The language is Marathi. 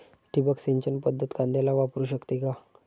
ठिबक सिंचन पद्धत कांद्याला वापरू शकते का?